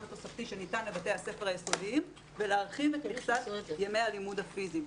התוספתי שניתן לבתי הספר היסודיים ולהרחיב את מכסת ימי הלימוד הפיזיים.